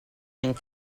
and